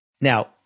Now